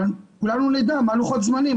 אבל כולנו נדע מה לוחות הזמנים,